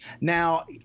Now